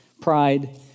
Pride